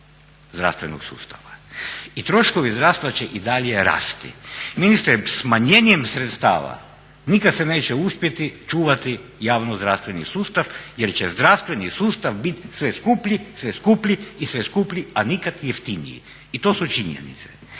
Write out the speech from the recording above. zdravstvenog sustava i troškovi zdravstva će i dalje rasti. Ministre, smanjenjem sredstava nikad se neće uspjeti čuvati javno zdravstveni sustav jer će zdravstveni sustav bit sve skuplji, sve skuplji i sve skuplji, a nikad jeftiniji i to su činjenice.